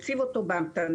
מציב אותו בהמתנה,